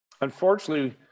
unfortunately